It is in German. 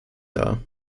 dar